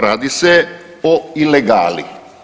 Radi se o ilegali.